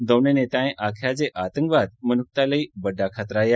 दौनें नेताएं आक्खेआ जे आतंकवाद मनुक्खता लेई बड्डा खतरा ऐ